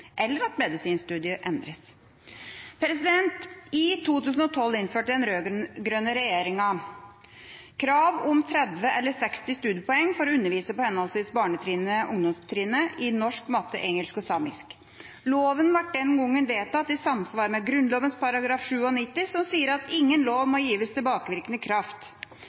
eller at medisinstudiet endres. I 2012 innførte den rød-grønne regjeringa krav om henholdsvis 30 eller 60 studiepoeng for å undervise på henholdsvis barnetrinnet og ungdomstrinnet i norsk, matte, engelsk og samisk. Loven ble den gang vedtatt i samsvar med Grunnloven § 97, der det heter: «Ingen lov må gis tilbakevirkende kraft.»